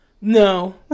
No